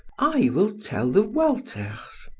i will tell the walters.